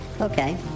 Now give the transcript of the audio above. Okay